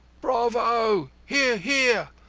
bravo! hear, hear!